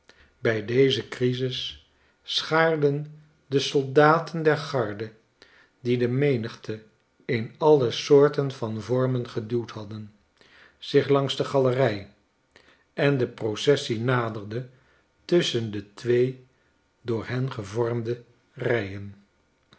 bij deze crisis schaarden de soldaten der garde die de menigte in alle soorten van vormen geduwd hadden zich langs de galerij en do processie naderde tusschen de twee door hen gevormde rijen